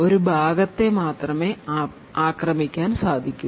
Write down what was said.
ഒരു ഭാഗത്തെ മാത്രമേ ആക്രമിക്കാൻ സാധിക്കൂ